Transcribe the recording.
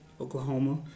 Oklahoma